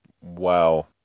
Wow